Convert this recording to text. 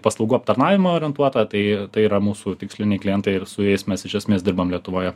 paslaugų aptarnavimą orientuota tai tai yra mūsų tiksliniai klientai ir su jais mes iš esmės dirbam lietuvoje